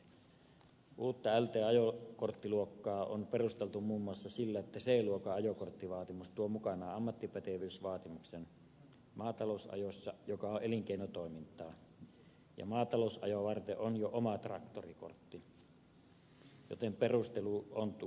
uutta lt ajokorttiluokkaa on perusteltu muun muassa sillä että c luokan ajokorttivaatimus tuo mukanaan ammattipätevyysvaatimuksen maatalousajossa joka on elinkeinotoimintaa ja maatalousajoa varten on jo oma traktorikortti joten perustelu ontuu pahasti